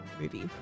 movie